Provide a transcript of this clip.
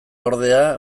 ordea